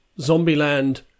Zombieland